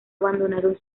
abandonaron